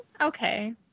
Okay